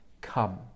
come